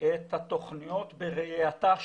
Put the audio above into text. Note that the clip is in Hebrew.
את התוכניות בראייתה שלה.